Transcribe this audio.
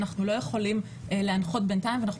אנחנו לא יכולים להנחות בינתיים ואנחנו